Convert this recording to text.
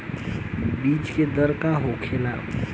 बीज के दर का होखेला?